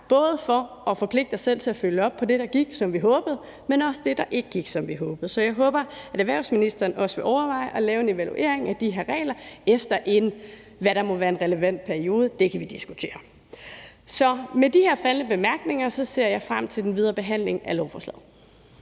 både for at forpligte os selv til at følge op på det, der gik, som vi håbede, men også det, der ikke gik, som vi håbede. Så jeg håber også, at erhvervsministeren vil overveje at lave en evaluering af de her regler efter, hvad der må være en relevant periode, og det kan vi diskutere. Så med de her faldne bemærkninger ser jeg frem til den videre behandling af lovforslaget.